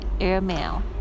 airmail